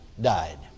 died